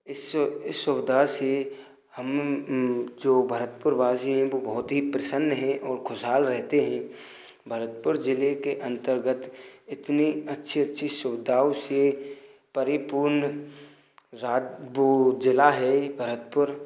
इस इस सुविधा से हम जो भरतपुर वासी हैं वो बहुत ही प्रसन्न हैं और खुशहाल रहते हैं भरतपुर जिले के अंतर्गत इतनी अच्छी अच्छी सुविधाओं से परिपूर्ण वो जिला है भरतपुर